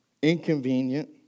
inconvenient